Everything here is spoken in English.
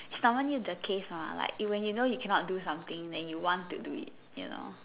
summon you the case on ah like you know when you cannot do something you want to do it you know